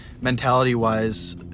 mentality-wise